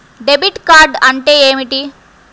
Debit card అంటే ఏమిటి?